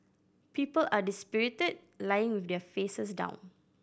people are dispirited lying with their faces down